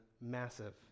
massive